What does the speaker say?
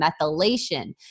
methylation